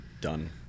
done